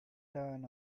turn